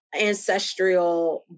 ancestral